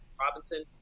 Robinson